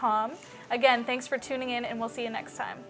com again thanks for tuning in and we'll see you next time